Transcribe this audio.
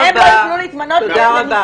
תודה רבה.